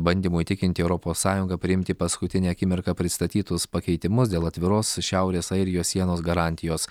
bandymo įtikinti europos sąjungą priimti paskutinę akimirką pristatytus pakeitimus dėl atviros šiaurės airijos sienos garantijos